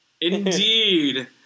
Indeed